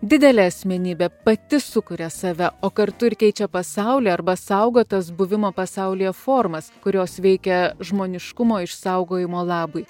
didelė asmenybė pati sukuria save o kartu ir keičia pasaulį arba saugotas buvimo pasaulyje formas kurios veikia žmoniškumo išsaugojimo labui